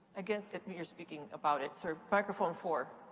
against you're speaking about it. sort of microphone four.